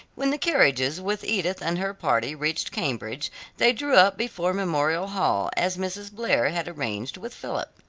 when the carriages with edith and her party reached cambridge they drew up before memorial hall as mrs. blair had arranged with philip.